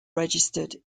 registered